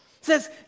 says